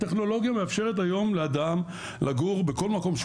הטכנולוגיה מאפשרת היום לאדם לגור בכל מקום שהוא